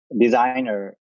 designer